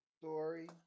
story